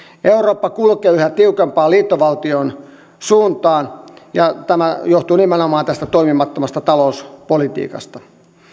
eurooppa kulkee yhä tiukempaan liittovaltion suuntaan ja tämä johtuu nimenomaan tästä toimimattomasta talouspolitiikasta